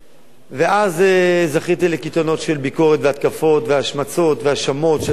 ואז זכיתי לקיתונות של ביקורת והתקפות והשמצות והאשמות של גזען,